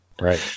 Right